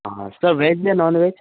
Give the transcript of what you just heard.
हाँ sir veg या non veg